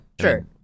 Sure